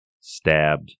stabbed